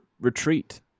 retreat